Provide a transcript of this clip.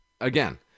again